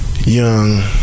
young